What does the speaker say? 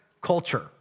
culture